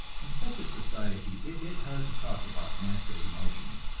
in such a society it is hard to talk about natural emotions,